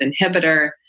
inhibitor